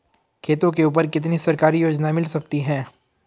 खेतों के ऊपर कितनी सरकारी योजनाएं मिल सकती हैं?